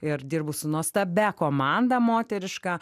ir dirbu su nuostabia komanda moteriška